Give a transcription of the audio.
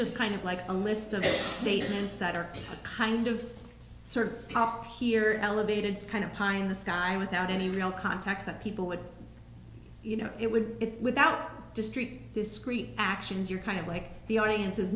just kind of like a list of statements that are a kind of sort of here elevated kind of pie in the sky without any real context that people would you know it would be without district discrete actions you're kind of like the audience is